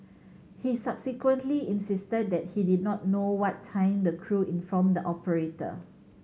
he subsequently insisted that he did not know what time the crew informed the operator